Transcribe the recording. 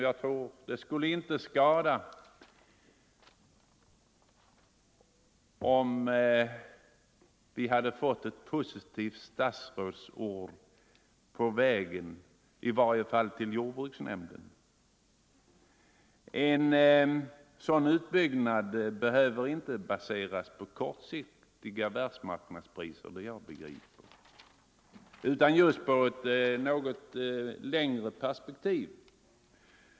Jag tror inte det skulle skada med ett positivt statsrådsord, åtminstone till jordbruksnämnden. En sådan utbyggnad behöver inte baseras på kortsiktiga världsmarknadspriser utan på ett något längre perspektiv.